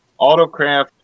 Autocraft